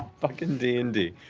fucking d and d.